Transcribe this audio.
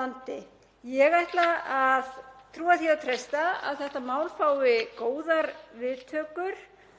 landi. Ég ætla að trúa því og treysta að þetta mál fái góðar viðtökur